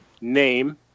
name